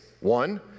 One